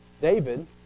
David